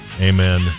Amen